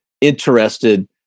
interested